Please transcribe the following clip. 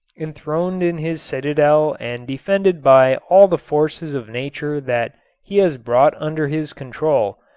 enthroned in his citadel and defended by all the forces of nature that he has brought under his control,